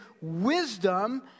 wisdom